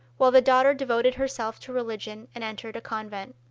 while the daughter devoted herself to religion and entered a convent.